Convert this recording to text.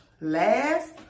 last